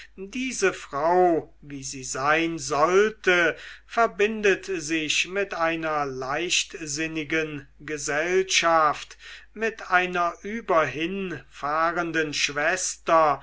diese frau wie sie sein sollte verbindet sich mit einer leichtsinnigen gesellschaft mit einer überhinfahrenden schwester